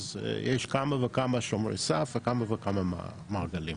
אז יש כמה וכמה שומרי סף בכמה וכמה מעגלים.